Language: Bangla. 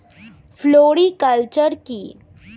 ফ্লোরিকালচার কি?